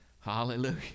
hallelujah